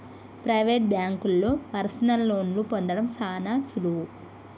private బాంకుల్లో personal లోన్లు పొందడం సాన సులువు